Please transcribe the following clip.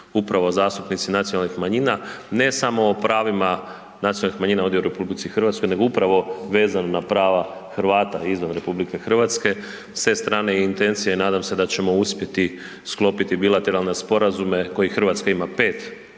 upravo zastupnici nacionalnih manjina, ne samo o pravima nacionalnih manjina ovdje u RH nego upravo vezano na prava Hrvata izvan RH, s te strane i intencija i nadam se da ćemo uspjeti sklopiti bilateralne sporazume koje Hrvatska 5 sa